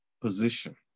position